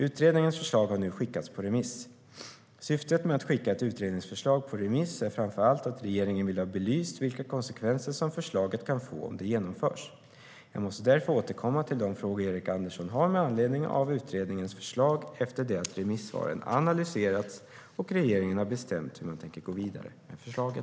Utredningens förslag har nu skickats på remiss. Syftet med att skicka ett utredningsförslag på remiss är framför allt att regeringen vill ha belyst vilka konsekvenser som förslaget kan få om det genomförs. Jag måste därför återkomma till de frågor Erik Andersson har med anledning av utredningens förslag efter det att remissvaren analyserats och regeringen har bestämt hur man tänker gå vidare med förslagen.